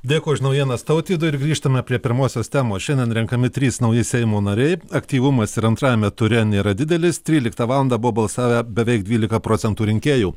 dėkui už naujienas tautvydui ir grįžtame prie pirmosios temos šiandien renkami trys nauji seimo nariai aktyvumas ir antrajame ture nėra didelis tryliktą valandų buvo balsavę beveik dvylika procentų rinkėjų